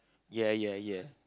yeah yeah yeah